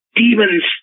demons